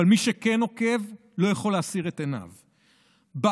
אבל מי שכן עוקב לא יכול להסיר את עיניו בארץ,